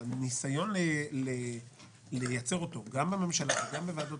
הניסיון לייצר אותו גם בממשלה וגם בוועדות